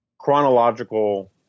chronological